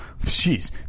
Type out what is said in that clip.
Jeez